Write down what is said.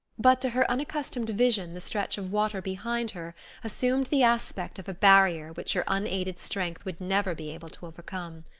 but to her unaccustomed vision the stretch of water behind her assumed the aspect of a barrier which her unaided strength would never be able to overcome.